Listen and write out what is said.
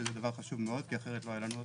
שזה דבר חשוב כי אחרת לא היה לנו אותו.